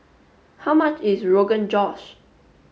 how much is Rogan Josh